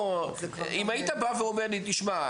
אם היית בא ואומר לי "תשמע,